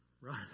right